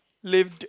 lame